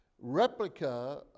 replica